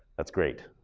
that's great.